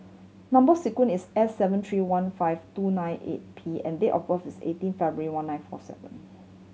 number sequence is S seven three one five two nine eight P and date of birth is eighteen February one nine four seven